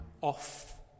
off